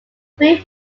three